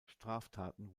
straftaten